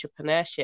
entrepreneurship